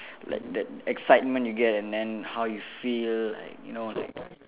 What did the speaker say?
like that excitement you get and then how you feel like you know like